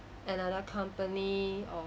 another company or